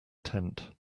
tent